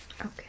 Okay